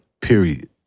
Period